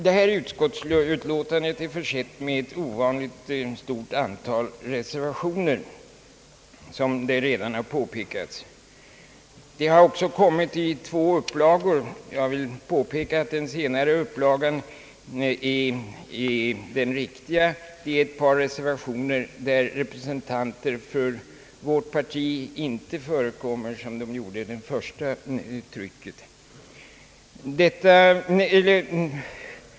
Detta utskottsutlåtande är försett med ett ovanligt stort antal reservationer, vilket redan har påpekats. Utlåtandet har också levererats i två upplagor. Jag vill påpeka att den senare upplagan är den riktiga, alltså den där i ett par reservationer representanter för vårt parti inte förekommer, som fallet var i det första trycket.